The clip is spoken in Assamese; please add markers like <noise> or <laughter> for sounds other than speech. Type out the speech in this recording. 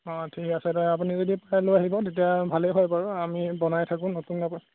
অঁ ঠিক আছে <unintelligible> আপুনি যদি পাৰে লৈ আহিব তেতিয়া ভালেই হয় বাৰু আমি বনাই থাকোঁ নতুন নতুন